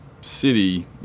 city